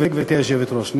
גברתי היושבת-ראש?